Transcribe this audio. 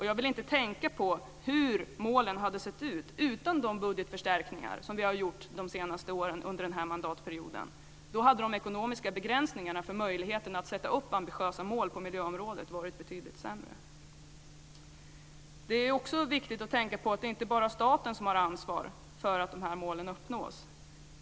Jag vill inte tänka på hur målen hade sett ut utan de budgetförstärkningar som vi har gjort de senaste åren under den här mandatperioden. Då hade de ekonomiska begränsningarna för möjligheten att sätta upp ambitiösa mål på miljöområdet varit betydligt större. Det är också viktigt att tänka på att det inte bara är staten som har ansvar för att de här målen uppnås.